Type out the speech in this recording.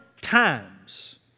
times